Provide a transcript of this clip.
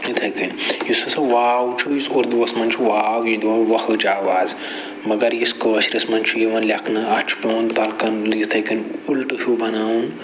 تِتھَے کٔنۍ یُس ہَسا واو چھُ یُس اردوٗوَس مَنٛز چھُ واو یہِ چھُ دِوان وۄکھلٕچ آواز مگر یُس کٲشرِس مَنٛز چھُ یِوان لیٚکھنہٕ اتھ چھُ پٮ۪وان یِتھَے کٔنۍ اُلٹہٕ ہیوٗ بناوُن